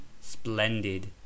splendid